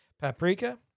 paprika